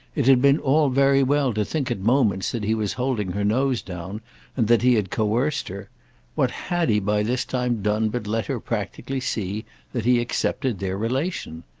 it had been all very well to think at moments that he was holding her nose down and that he had coerced her what had he by this time done but let her practically see that he accepted their relation?